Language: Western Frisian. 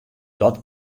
dat